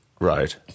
Right